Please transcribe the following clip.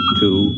two